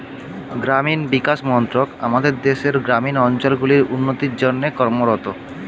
গ্রামীণ বিকাশ মন্ত্রক আমাদের দেশের গ্রামীণ অঞ্চলগুলির উন্নতির জন্যে কর্মরত